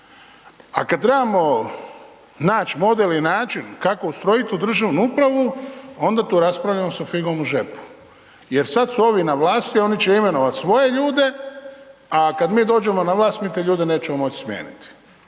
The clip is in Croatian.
a kada trebamo naći model i način kako ustrojiti tu državnu upravu, onda tu raspravljamo sa figom u džepu. Jer sada su ovi na vlasti, oni će imenovati svoje ljude, a kada mi dođemo na vlast, mi te ljude nećemo doći smijeniti.